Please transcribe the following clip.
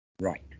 Right